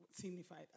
signified